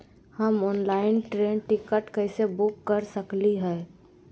हम online train ticket कैसे book कर सकली हई?